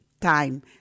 time